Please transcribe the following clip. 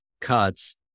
cuts